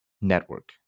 network